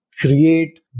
create